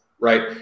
right